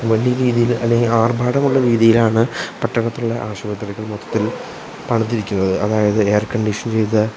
വലിയ രീതിയിൽ അല്ലെങ്കിൽ ആർഭാടമുള്ള രീതിയിലാണ് പട്ടണത്തിലുള്ള ആശുപത്രികൾ മൊത്തത്തിൽ പണിതിരിക്കുന്നത് അതായത് എയർകണ്ടിഷൻ ചെയ്ത